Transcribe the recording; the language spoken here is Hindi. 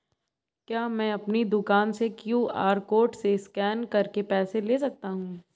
क्या मैं अपनी दुकान में क्यू.आर कोड से स्कैन करके पैसे ले सकता हूँ?